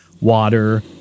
water